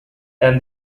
and